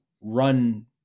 run